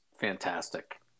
fantastic